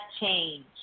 change